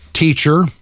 teacher